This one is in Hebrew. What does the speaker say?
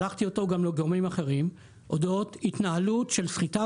שלחתי אותו גם לגורמים אחרים אודות התנהלות של סחיטה